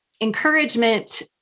encouragement